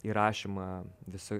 įrašymą visų